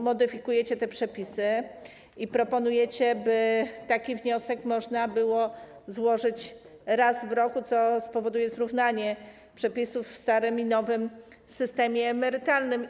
Modyfikujecie te przepisy i proponujecie, by taki wniosek można było złożyć raz w roku, co spowoduje zrównanie przepisów w starym i nowym systemie emerytalnym.